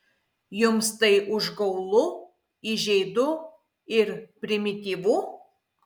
jums tai užgaulu įžeidu ir primityvu